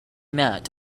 mad